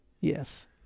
Yes